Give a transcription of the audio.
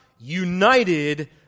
United